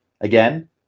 Again